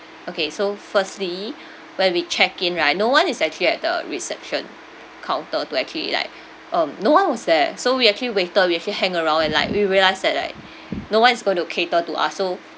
okay so firstly when we check in right no one is actually at the reception counter to actually like um no one was there so we actually waited we actually hang around and like we realised that like no one is going to cater to us so